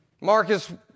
Marcus